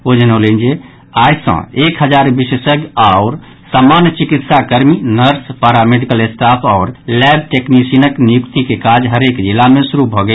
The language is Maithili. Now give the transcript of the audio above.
ओ जनौलनि जे आई सँ एक हजार विशेषज्ञ आओर सामान्य चिकित्सा कर्मी नर्स पारा मेडिकल स्टाफ आओर लैब टेक्निशियनक नियुक्तिक काज हरेक जिला मे शुरू भऽ गेल